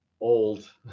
old